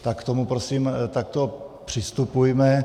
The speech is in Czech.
Tak k tomu prosím takto přistupujme.